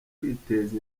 kwiteza